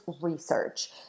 research